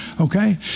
okay